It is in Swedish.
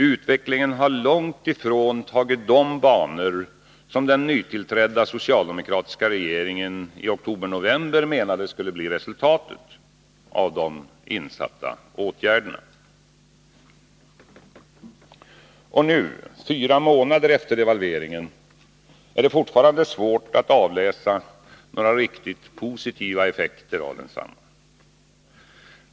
Utvecklingen har långt ifrån tagit de banor som den nytillträdda socialdemokratiska regeringen i oktober-november menade skulle bli resultatet av de insatta åtgärderna. Nu, fyra månader efter devalveringen, är det fortfarande svårt att avläsa några riktigt positiva effekter av densamma.